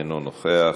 אינו נוכח,